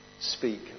speak